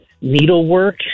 needlework